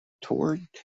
toward